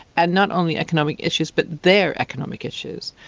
and not only economic issues but their economic issues.